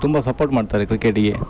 ತುಂಬ ಸಪೋರ್ಟ್ ಮಾಡ್ತಾರೆ ಕ್ರಿಕೆಟಿಗೆ